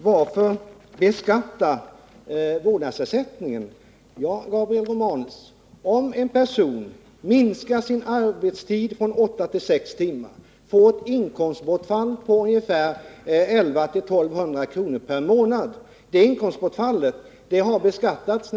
Varför beskatta vårdnadsersättningen, frågar Gabriel Romanus. Om en person minskar sin arbetstid från åtta till sex timmar och får ett inkomstbortfall på 1 100-1 200 kr. per månad minskar också skatten.